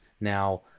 Now